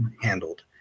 handled